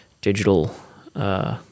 digital –